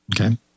Okay